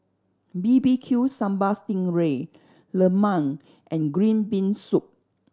B B Q Sambal sting ray lemang and green bean soup